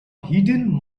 hidden